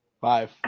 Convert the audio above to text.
five